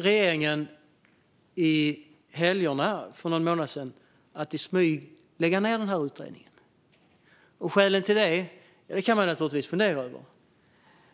Regeringen valde för några månader sedan, under helgerna, att i smyg lägga ned denna utredning. Skälet till detta kan man naturligtvis fundera över.